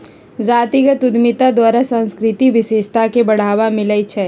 जातीगत उद्यमिता द्वारा सांस्कृतिक विशेषता के बढ़ाबा मिलइ छइ